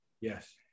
Yes